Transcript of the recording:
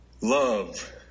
Love